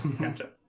Gotcha